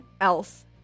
else